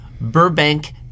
Burbank